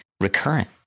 recurrent